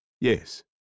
yes